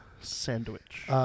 sandwich